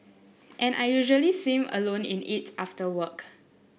and I usually swim alone in it after work